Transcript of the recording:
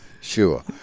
sure